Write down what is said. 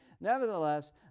Nevertheless